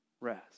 rest